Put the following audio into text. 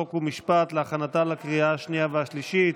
חוק ומשפט להכנתה לקריאה השנייה והשלישית.